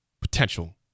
Potential